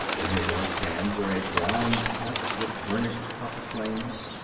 in his left hands were a bronze torch with burnished copper flames,